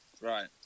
Right